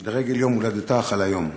לרגל יום הולדתה החל היום,